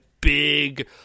big